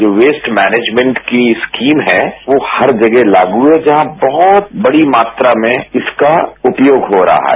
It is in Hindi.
जो वेस्ट मैनेजमेंट की स्कीम है वो हर जगह लागू है जहां बहुत बड़ी मात्रा में उसका उपयोग हो रहा है